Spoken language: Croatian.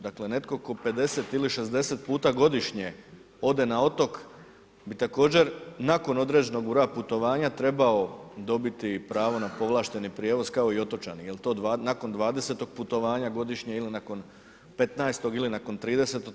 Dakle netko tko 50 ili 60 puta godišnje ode na otok bi također, nakon određenog broja putovanja trebao dobiti pravo na povlašteni prijevoz kao i otočani jer to nakon 20 putovanja godišnje ili nakon 15 ili nakon 30.